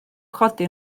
chodi